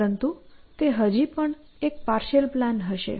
પરંતુ તે હજી પણ એક પ્લાન હશે